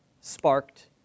sparked